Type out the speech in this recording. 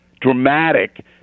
dramatic